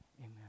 amen